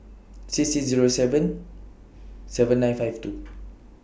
six six Zero seven seven nine five two